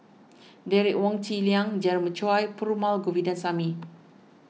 Derek Wong Zi Liang Jeremiah Choy and Perumal Govindaswamy